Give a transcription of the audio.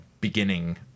beginning